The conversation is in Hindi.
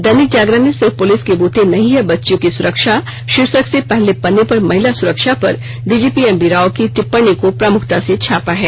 दैनिक जागरण ने सिर्फ पुलिस के बूते नहीं है बच्चियों की सुरक्षा शीर्षक से पहले पत्रे पर महिला सुरक्षा पर डीजीपी एमवी राव की टिप्पणी को प्रमुखता से छापा है